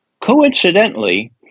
Coincidentally